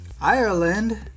Ireland